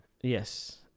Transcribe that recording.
Yes